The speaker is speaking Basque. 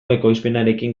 ekoizpenarekin